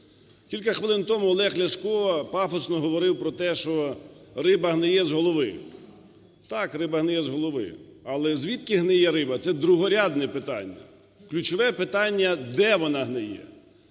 Кілька хвилин тому Олег Ляшко пафосно говорив про те, що риба гниє з голови. Так, риба гниє з голови. Але, звідки гниє риба, це другорядне питання. Ключове питання – де вона гниє.